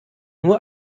nur